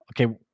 okay